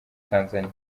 tanzania